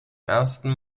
ersten